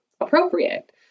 appropriate